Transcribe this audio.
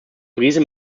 brise